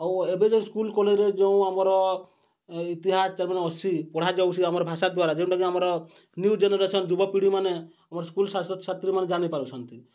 ଆଉ ଏବେ ଯେଉଁ ସ୍କୁଲ କଲେଜରେ ଯେଉଁ ଆମର ଇତିହାସ ଯାହା ମାନେ ଅସି ପଢ଼ାଯାଉସିଁ ଆମର ଭାଷା ଦ୍ୱାରା ଯେଉଁଟାକି ଆମର ନ୍ୟୁଉ ଜେନେରେସନ ଯୁବପିଢ଼ିମାନେ ଆମର ସ୍କୁଲ ଛାତ୍ରଛାତ୍ରୀମାନେ ଜାଣିପାରୁଛନ୍ତି